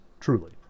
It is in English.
truly